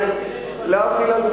להבדיל,